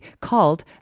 called